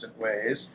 ways